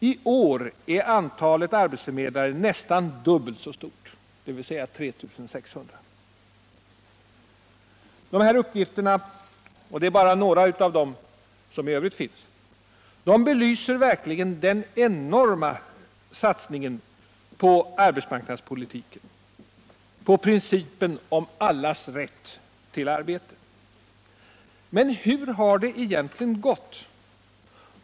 I år är antalet arbetsförmedlare nästan dubbelt så stort, dvs. 3 600. De här uppgifterna — och de är bara några av dem som finns — belyser verkligen den enorma satsningen på arbetsmarknadspolitiken, på principen om allas rätt till arbete. Men hur har det egentligen gått?